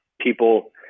people